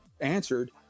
answered